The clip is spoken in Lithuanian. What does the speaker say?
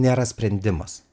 nėra sprendimas